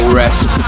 rest